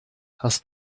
hast